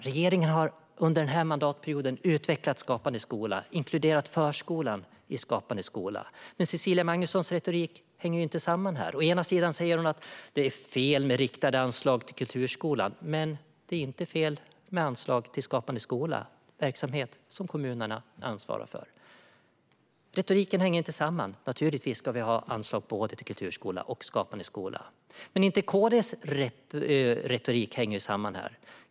Regeringen har under den här mandatperioden utvecklat Skapande skola och inkluderat förskolan i Skapande skola. Men Cecilia Magnussons retorik hänger inte samman här. Å ena sidan säger hon att det är fel med riktade anslag till kulturskolan, å andra sidan att det inte är fel med anslag till Skapande skola, en verksamhet som kommunerna ansvarar för. Retoriken hänger inte samman. Naturligtvis ska vi ha anslag till både kulturskola och Skapande skola. Inte heller KD:s retorik hänger samman här.